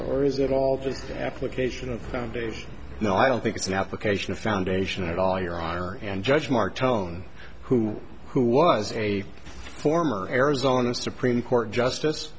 or is it all just an application of foundation no i don't think it's an application of foundation at all your honor and judge mark tone who who was a former arizona supreme court justice